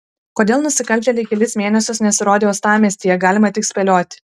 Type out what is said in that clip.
kodėl nusikaltėliai kelis mėnesius nesirodė uostamiestyje galima tik spėlioti